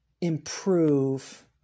improve